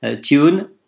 tune